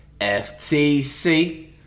FTC